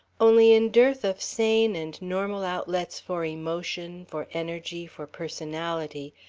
only in dearth of sane and normal outlets for emotion, for energy, for personality,